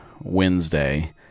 Wednesday